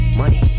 money